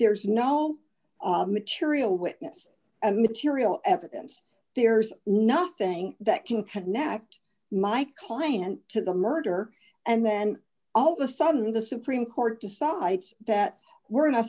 there's no material witness a material evidence there's nothing that can connect my client to the murder and then all of a sudden the supreme court decides that we're